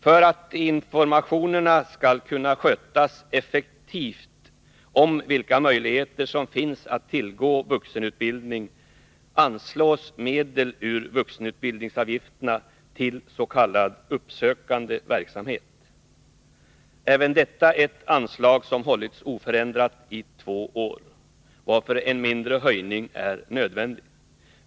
För att informationen om vilka möjligheter som finns att tillgå för vuxenutbildning skall kunna skötas effektivt anslås medel ur vuxenutbildningsavgifterna till s.k. uppsökande verksamhet. Även detta anslag har hållits oförändrat i två år, varför en mindre höjning är nödvändig.